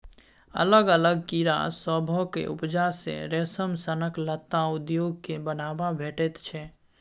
अलग अलग कीड़ा सभक उपजा सँ रेशम सनक लत्ता उद्योग केँ बढ़ाबा भेटैत छै